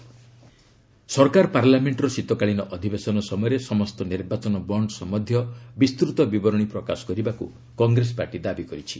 Congress electoral bond ସରକାର ପାର୍ଲାମେଣ୍ଟର ଶୀତକାଳୀନ ଅଧିବେଶନ ସମୟରେ ସମସ୍ତ ନିର୍ବାଚନ ବଣ୍ଡ୍ ସମ୍ଭନ୍ଧୀୟ ବିସ୍ତୃତ ବିବରଣୀ ପ୍ରକାଶ କରିବାକୁ କଂଗ୍ରେସ ପାର୍ଟି ଦାବି କରିଛି